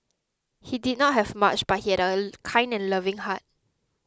he did not have much but he had a kind and loving heart